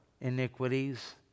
iniquities